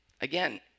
Again